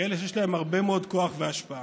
כאלה שיש להם הרבה מאוד כוח והשפעה.